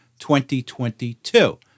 2022